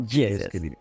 yes